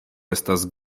estas